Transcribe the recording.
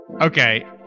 Okay